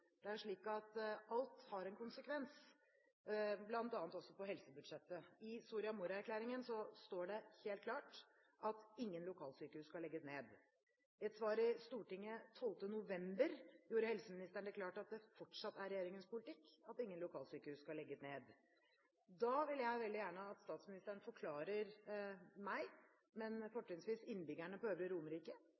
Det er slik at alt har en konsekvens, bl.a. også for helsebudsjettet. I Soria Moria-erklæringen står det helt klart at ingen lokalsykehus skal legges ned. I et svar til Stortinget den 12. november gjorde helseministeren det klart at det fortsatt er regjeringens politikk at ingen lokalsykehus skal legges ned. Da vil jeg veldig gjerne at statsministeren forklarer meg, men fortrinnsvis innbyggerne på Øvre Romerike,